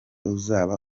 uzaba